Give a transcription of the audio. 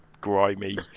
grimy